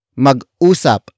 Mag-usap